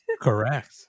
Correct